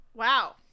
Wow